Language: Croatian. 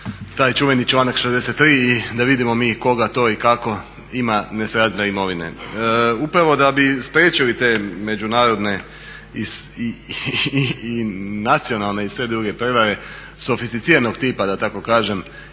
taj čuveni članak 63.i da vidimo mi koga to i kako ima nesrazmijer imovine. Upravo da bi spriječili te međunarodne i nacionalne i sve druge prevare sofisticiranog tipa da tako kažem